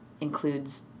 includes